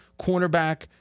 cornerback